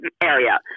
area